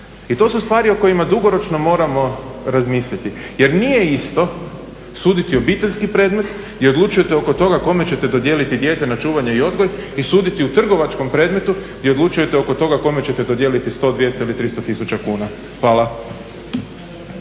I to su stvari o kojima dugoročno moramo razmisliti jer nije isto suditi obiteljski predmet i odlučujete oko toga kome ćete dodijeliti dijete na čuvanje i odgoj i suditi u trgovačkom predmetu i odlučujete oko toga kome ćete dodijeliti 100, 200 ili 300 tisuća kuna. Hvala.